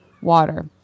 water